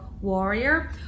warrior